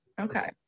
okay